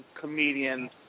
comedian